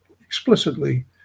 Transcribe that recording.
explicitly